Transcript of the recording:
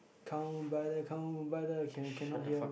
come brother come brother can you can not hear